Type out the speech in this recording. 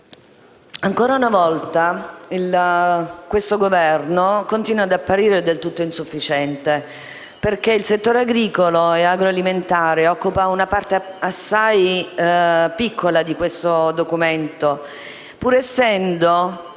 ancora una volta questo Governo continua ad apparire del tutto insufficiente. Il settore agricolo e agroalimentare occupa una parte assai piccola nel Documento in esame, pur essendo